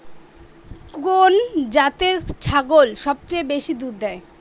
কোন জাতের ছাগল সবচেয়ে বেশি দুধ দেয়?